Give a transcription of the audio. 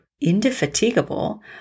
indefatigable